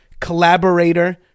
collaborator